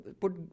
put